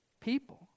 people